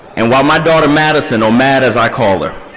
and while my daughter madison or mad as i call her,